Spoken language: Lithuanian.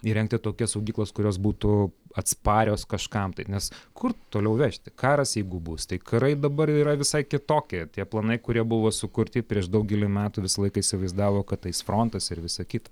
įrengti tokias saugyklas kurios būtų atsparios kažkam tai nes kur toliau vežti karas jeigu bus tai karai dabar yra visai kitokie tie planai kurie buvo sukurti prieš daugelį metų visą laiką įsivaizdavo kad eis frontas ir visa kita